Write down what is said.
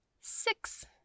six